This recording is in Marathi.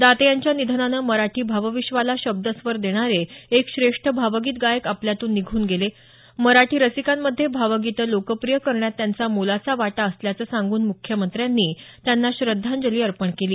दाते यांच्या निधनानं मराठी भावविश्वाला शब्दस्वर देणारे एक श्रेष्ठ भावगीत गायक आपल्यातून निघून गेले मराठी रसिकांमध्ये भावगीतं लोकप्रिय करण्यात त्यांचा मोलाचा वाटा असल्याचं सांगून म्ख्यमंत्र्यांनी त्यांचा श्रद्धांजली अर्पण केली